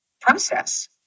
process